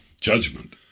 judgment